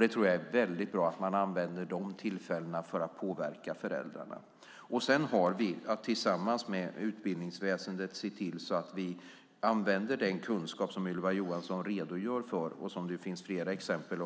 Det är väldigt bra att man använder de tillfällena till att påverka föräldrarna. Vi har att tillsammans med utbildningsväsendet se till att vi använder den kunskap som Ylva Johansson redogör för och som det finns flera exempel